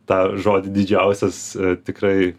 tą žodį didžiausias tikrai